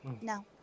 No